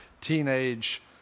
teenage